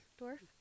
dwarf